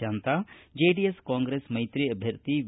Shanta JDS Congress ಮೈತ್ರಿ ಅಭ್ಯರ್ಥಿ V